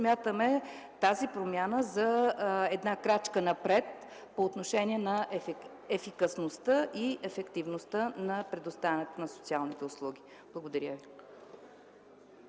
тази промяна за крачка напред по отношение на ефикасността и ефективността на предоставяне на социалните услуги. Благодаря.